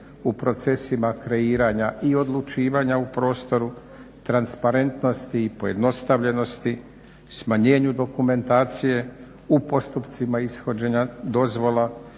u procesima kreiranja i odlučivanja u prostoru, transparentnosti i pojednostavljenosti, smanjenju dokumentacije u postupcima ishođenja dozvola,